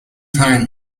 time